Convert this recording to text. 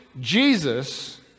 Jesus